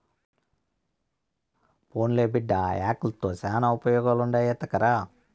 పోన్లే బిడ్డా, ఆ యాకుల్తో శానా ఉపయోగాలుండాయి ఎత్తకరా